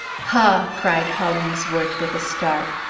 ha! cried hollingsworth with a start.